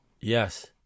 Yes